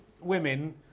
women